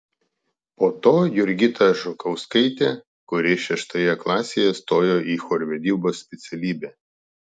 po to jurgita žukauskaitė kuri šeštoje klasėje stojo į chorvedybos specialybę